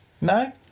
No